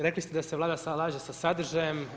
Rekli ste da se Vlada slaže sa sadržajem.